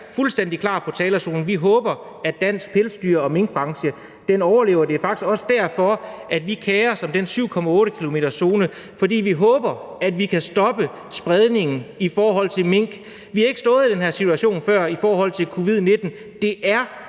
fuldstændig klart på talerstolen, at vi håber, at dansk pels- og minkbranche overlever. Det er faktisk også derfor, vi kerer os om den 7,8-kilometerszone, for vi håber, at vi kan stoppe spredningen i forhold til mink. Vi har ikke stået i den her situation før i forhold til covid-19, og det er